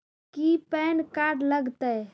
की PAN card लग तै?